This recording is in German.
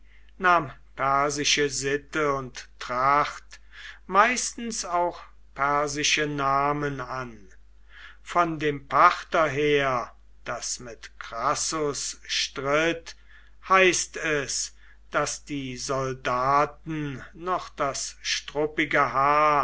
nahm persische sitte und tracht meistens auch persische namen an von dem partherheer das mit crassus stritt heißt es daß die soldaten noch das struppige haar